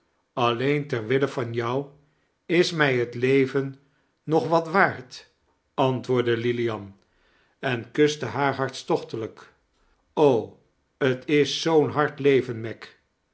n ter wille van jou is mij het leven nog wat waard antwoordde lilian en kuste haar hartstochtelijk t is zoo'n hard leven meg